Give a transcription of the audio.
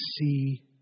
see